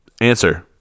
answer